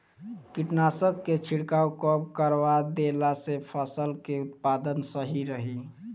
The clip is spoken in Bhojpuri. कीटनाशक के छिड़काव कब करवा देला से फसल के उत्पादन सही रही?